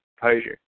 composure